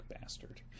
bastard